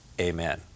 Amen